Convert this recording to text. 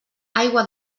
aigua